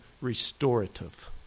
restorative